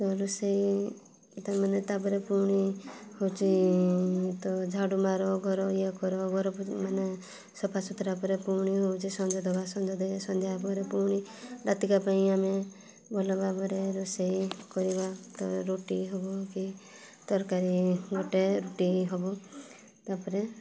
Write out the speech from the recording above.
ରୋଷେଇ ତା ମାନେ ତା'ପରେ ପୁଣି ହେଉଛି ତ ଝାଡ଼ୁ ମାର ଘର ଇଏ କର ଘର ମାନେ ସଫାସୁତୁରା ପରେ ପୁଣି ହେଉଛି ସନ୍ଧ୍ୟା ଦେବା ସନ୍ଧ୍ୟା ଦେଇ ସନ୍ଧ୍ୟା ପରେ ପୁଣି ରାତିକା ପାଇଁ ଆମେ ଭଲ ଭାବରେ ରୋଷେଇ କରିବା ରୁଟି ହେଉ କି ତରକାରୀ ଗୋଟେ ରୁଟି ହେବ ତା'ପରେ